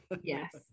Yes